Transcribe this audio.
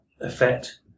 effect